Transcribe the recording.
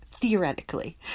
theoretically